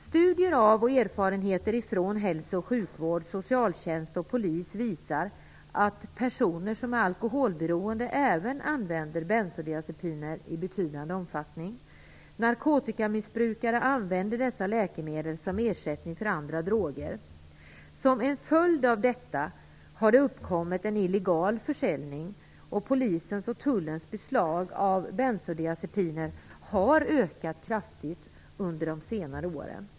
Studier av och erfarenheter från hälso och sjukvård, socialtjänst och polis visar att personer som är alkoholberoende även använder bensodiazepiner i betydande omfattning. Narkotikamissbrukare använder dessa läkemedel som ersättning för andra droger. Som en följd av detta har det uppkommit en illegal försäljning och polisens och tullens beslag av bensodiazepiner har ökat kraftigt under de senare åren.